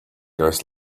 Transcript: guys